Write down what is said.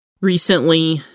Recently